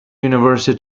university